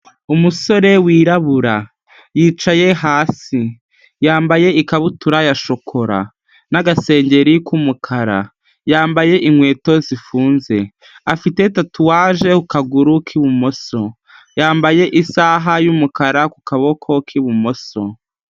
Umusore wirabura yicaye hasi yambaye ikabutura ya shokora na'agasengeri k'umukara, yambaye inkweto zifunze afite tatuwage ku kaguru k'ibumoso, yambaye isaha y'umukara ku kaboko k'ibumoso.